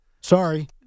Sorry